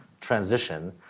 transition